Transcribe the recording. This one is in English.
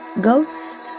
ghost